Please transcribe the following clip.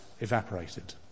evaporated